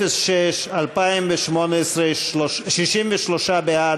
06 ל-2018: 63 בעד,